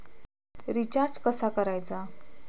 Recharge कसा करायचा?